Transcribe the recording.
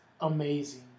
amazing